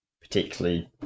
Particularly